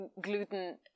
gluten